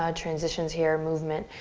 ah transitions here, movement.